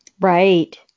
Right